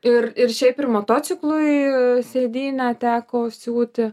ir ir šiaip ir motociklui sėdynę teko siūti